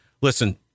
Listen